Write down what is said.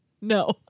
No